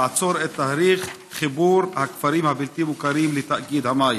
לעצור את תהליך חיבור הכפרים הבלתי-מוכרים לתאגיד המים.